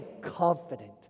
confident